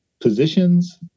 positions